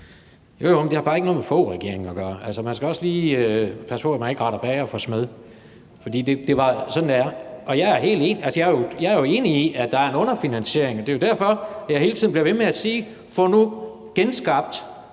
det har bare ikke noget med Foghregeringen at gøre. Altså, man skal også lige passe på, at man ikke retter bager for smed, for det er sådan, det er. Jeg er enig i, at der er en underfinansiering, og det er jo derfor, jeg hele tiden bliver ved med at sige: Få det nu genskabt.